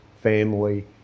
family